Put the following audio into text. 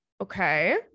Okay